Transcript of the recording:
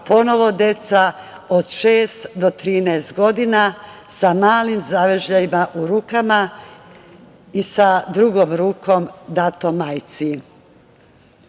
ponovo deca od šest do 13 godina sa malim zavežljajima u rukama i sa drugom rukom datom majci. Sem